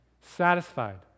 satisfied